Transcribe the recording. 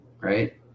right